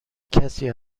کسی